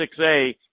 6a